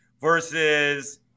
versus